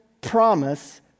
promise